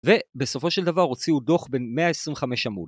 ובסופו של דבר הוציאו דוח בין 125 עמוד.